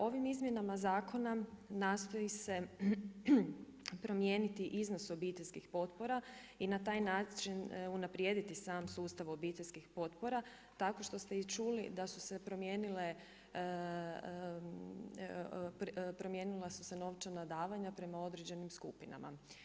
Ovim izmjenama zakona nastoji se promijeniti iznos obiteljski potpora i na taj način unaprijediti sam sustav obiteljskih potpora tako što ste i čuli da su se promijenile, promijenila su se novčana davanja prema određenim skupinama.